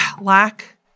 lack